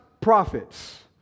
prophets